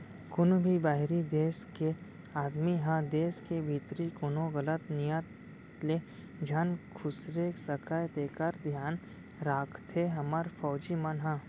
कोनों भी बाहिरी देस के आदमी ह देस के भीतरी कोनो गलत नियत ले झन खुसरे सकय तेकर धियान राखथे हमर फौजी मन ह